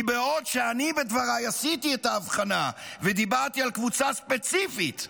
כי בעוד אני בדבריי עשיתי את ההבחנה ודיברתי על קבוצה ספציפית,